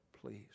Please